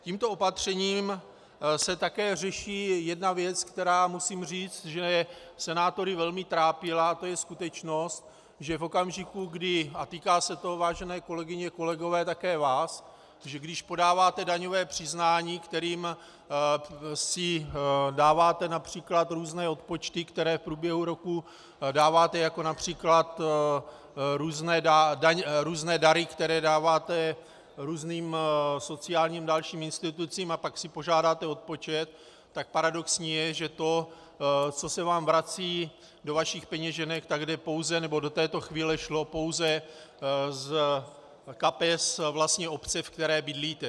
Tímto opatřením se také řeší jedna věc, která, musím říct, senátory velmi trápila, to je skutečnost, že v okamžiku, kdy, a týká se to, vážené kolegyně a kolegové, také vás, když podáváte daňové přiznání, kterým si dáváte například různé odpočty, které v průběhu roku dáváte, jako například různé dary, které dáváte různým sociálním a dalším institucím, a pak si požádáte o odpočet, tak paradoxní je, že to, co se vám vrací do vašich peněženek, tak jde pouze, nebo do této chvíle šlo pouze z kapes vlastní obce, ve které bydlíte.